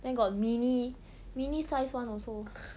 then got mini mini size [one] also